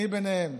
אני בהם,